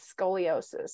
scoliosis